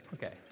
Okay